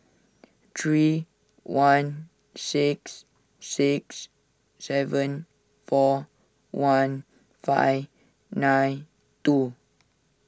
three one six six seven four one five nine two